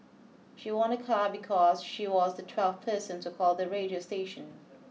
she won a car because she was the twelfth person to call the radio station